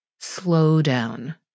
slowdown